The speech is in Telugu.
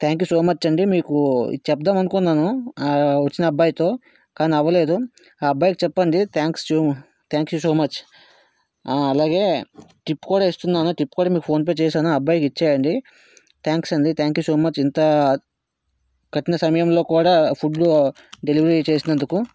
థాంక్ యూ సో మచ్ అండి మీకు ఇది చెప్దాం అనుకున్నాను ఆ వచ్చిన అబ్బాయి తో కాని అవ్వలేదు ఆ అబ్బాయికి చెప్పండి thanks to thank you so much ఆ అలాగే టిప్ కూడా ఇస్తున్నాను టిప్ కూడా మీకు ఫోన్పే చేశాను ఆ అబ్బాయికి ఇచ్చెయ్యండి థాంక్స్ అండి థాంక్ యూ సో మచ్ ఇంత కఠిన సమయంలో కూడా ఫుడ్డు డెలివరీ చేసినందుకు